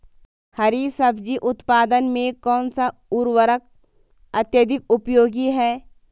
हरी सब्जी उत्पादन में कौन सा उर्वरक अत्यधिक उपयोगी है?